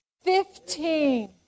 fifteen